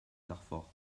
carfor